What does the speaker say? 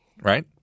right